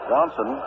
Johnson